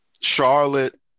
Charlotte